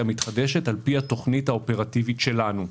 המתחדשת על פי התוכנית האופרטיבית שלנו.